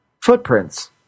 footprints